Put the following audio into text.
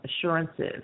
assurances